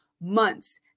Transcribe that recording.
months